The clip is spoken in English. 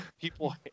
people